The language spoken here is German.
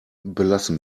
belassen